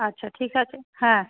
আচ্ছা ঠিক আছে হ্যাঁ